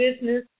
business